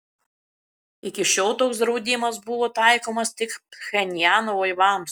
iki šiol toks draudimas buvo taikomas tik pchenjano laivams